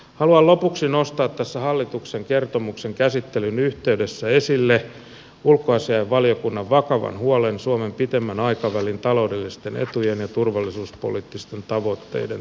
haluan lopuksi nostaa tässä hallituksen kertomuksen käsittelyn yhteydessä esille ulkoasiainvaliokunnan vakavan huolen suomen pitemmän aikavälin taloudellisten etujen ja turvallisuuspoliittisten tavoitteiden turvaamisesta